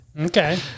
Okay